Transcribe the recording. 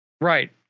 right